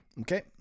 Okay